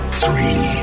three